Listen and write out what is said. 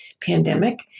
pandemic